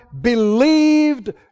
believed